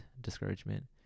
discouragement